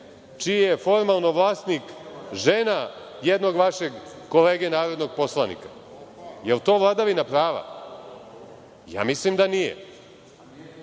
čiji je formalno vlasnik žena jednog vašeg kolege narodnog poslanika? Da li je to vladavina prava? Ja mislim da